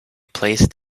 placed